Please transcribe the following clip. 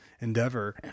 endeavor